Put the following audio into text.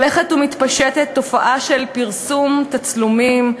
הולכת ומתפשטת תופעה של פרסום תצלומים,